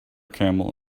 camel